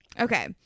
Okay